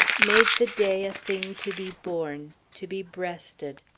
made the day a thing to be borne, to be breasted.